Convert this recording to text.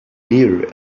near